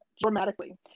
dramatically